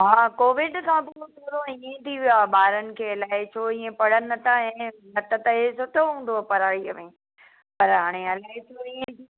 हा कोविड खां पोइ थोरो ईअं ई थी वियो आहे ॿारनि खे अलाए छो ईअं पढ़नि नथा ऐं न त त हीउ सुठो हूंदो हुओ पढ़ाईअ में पर हाणे अलाए छो इएं